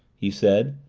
he said,